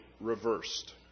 reversed